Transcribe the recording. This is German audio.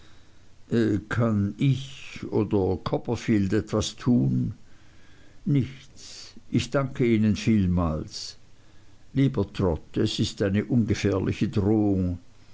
kann ich oder copperfield etwas tun nichts ich danke ihnen vielmals lieber trot es ist eine ungefährliche drohung